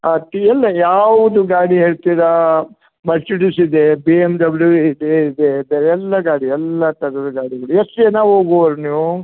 ಅದು ಎಲ್ಲ ಯಾವುದು ಗಾಡಿ ಹೇಳ್ತೀರಾ ಮರ್ಸಿಡಿಸ್ ಇದೆ ಬಿ ಎಮ್ ಡಬ್ಲ್ಯು ಇದೆ ಇದೆ ಇದೆ ಎಲ್ಲ ಗಾಡಿ ಎಲ್ಲ ಥರದ ಗಾಡಿಗಳು ಎಷ್ಟು ಜನ ಹೋಗುವವ್ರ್ ನೀವು